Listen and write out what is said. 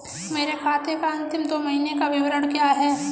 मेरे खाते का अंतिम दो महीने का विवरण क्या है?